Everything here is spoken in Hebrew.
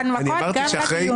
לא רק בהנמקות, גם בדיונים.